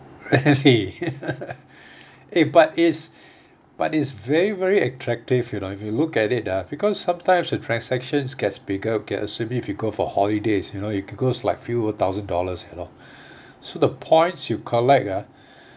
eh but it's but it's very very attractive you know if you look at it ah because sometimes the transactions gets bigger get assuming if you go for holidays you know you could goes like few thousand dollars and all so the points you collect ah